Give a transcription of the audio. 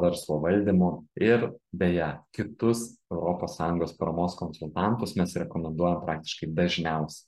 verslo valdymu ir beje kitus europos sąjungos paramos konsultantus mes rekomenduojam praktiškai dažniausiai